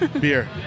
beer